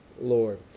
Lord